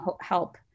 help